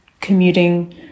commuting